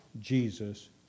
Jesus